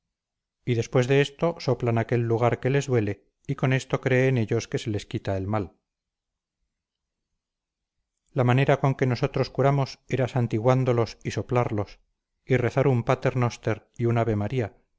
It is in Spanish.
y después de esto soplan aquel lugar que les duele y con esto creen ellos que se les quita el mal la manera con que nosotros curamos era santiguándolos y soplarlos y rezar un pater noster y un